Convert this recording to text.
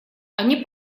они